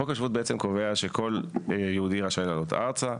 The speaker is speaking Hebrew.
חוק השבות קובע שכל יהודי רשאי לעלות ארצה,